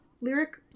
lyric